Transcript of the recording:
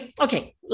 okay